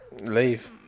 Leave